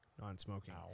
non-smoking